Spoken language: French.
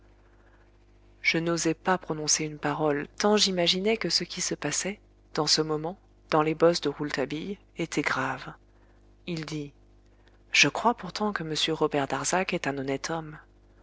je n'osais pas prononcer une parole tant j'imaginais que ce qui se passait dans ce moment dans les bosses de rouletabille était grave il dit je crois pourtant que m robert darzac est un honnête homme